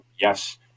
Yes